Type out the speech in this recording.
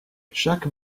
chaque